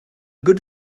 good